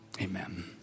amen